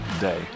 day